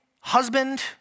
husband